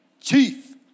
Chief